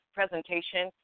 presentation